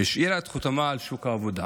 השאירה את חותמה על שוק העבודה